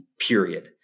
period